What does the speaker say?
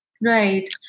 Right।